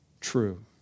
true